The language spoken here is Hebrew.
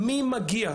מי מגיע?